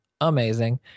Amazing